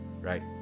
Right